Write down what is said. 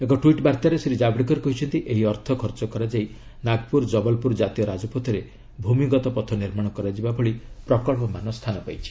ଏକ ଟ୍ୱିଟ୍ ବାର୍ଭାରେ ଶ୍ରୀ କାଭେଡକର କହିଛନ୍ତି ଏହି ଅର୍ଥ ଖର୍ଚ୍ଚ କରାଯାଇ ନାଗପୁର ଜବଲପୁର ଜାତୀୟ ରାଜପଥରେ ଭୂମିଗତ ପଥ ନିର୍ମାଣ କରାଯିବା ଭଳି ପ୍ରକଳ୍ପ ରହିଛି